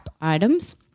items